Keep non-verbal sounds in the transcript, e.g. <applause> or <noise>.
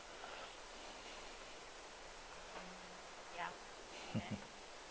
<laughs>